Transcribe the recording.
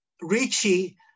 Richie